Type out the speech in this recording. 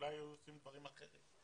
אולי היו עושים דברים אחרים.